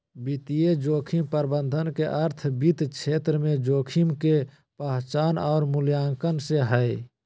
वित्तीय जोखिम प्रबंधन के अर्थ वित्त क्षेत्र में जोखिम के पहचान आर मूल्यांकन से हय